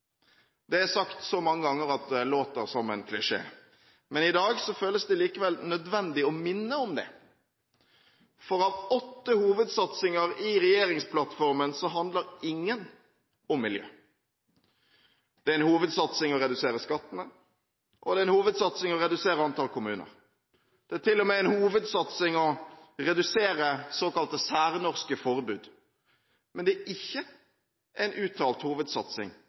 Det er sagt så mange ganger at det låter som en klisjé, men i dag føles det likevel nødvendig å minne om det. For av åtte hovedsatsinger i regjeringsplattformen handler ingen om miljø. Det er en hovedsatsing å redusere skattene, og det er en hovedsatsing å redusere antall kommuner. Det er til og med en hovedsatsing å redusere såkalte særnorske forbud. Men det er ikke en uttalt hovedsatsing